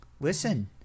Listen